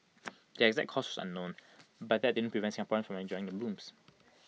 the exact cause was unknown but that didn't prevent Singaporeans from enjoying the blooms